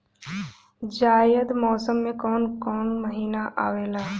जायद मौसम में कौन कउन कउन महीना आवेला?